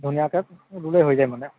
ধুনীয়াকৈ ৰুলে হৈ যায় মানে